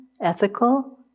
ethical